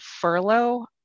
furlough